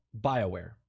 Bioware